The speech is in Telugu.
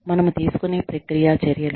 మనము తీసుకునే ప్రక్రియా చర్యలు